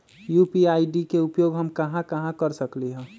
UPI ID के उपयोग हम कहां कहां कर सकली ह?